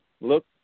look